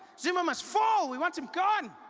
zuma must fall! we want him gone!